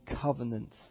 covenant